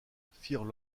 firent